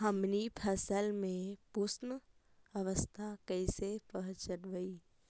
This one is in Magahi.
हमनी फसल में पुष्पन अवस्था कईसे पहचनबई?